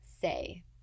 say